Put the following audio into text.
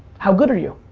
how good are you?